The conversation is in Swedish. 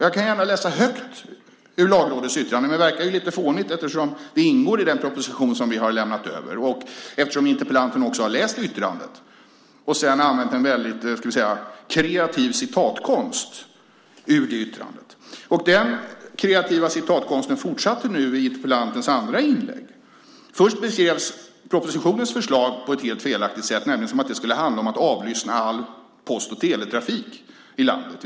Jag kan gärna läsa högt ur Lagrådets yttrande, men det verkar lite fånigt eftersom det ingår i den proposition som vi har lämnat över och eftersom interpellanten har läst yttrandet och sedan använt en väldigt kreativ citatkonst ur yttrandet. Den kreativa citatkonsten fortsatte nu i interpellantens andra inlägg. Först beskrevs propositionens förslag på ett helt felaktigt sätt, nämligen som att det skulle handla om att avlyssna all post och teletrafik i landet.